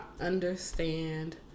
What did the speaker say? understand